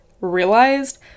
realized